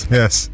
yes